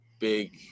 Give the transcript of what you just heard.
Big